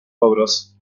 logros